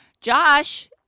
Josh